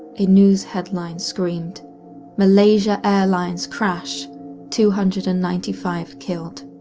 a news headline screamed malaysia airlines crash two hundred and ninety five killed!